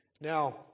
Now